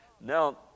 Now